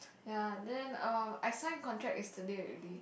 ya then um I signed contract yesterday already